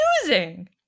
confusing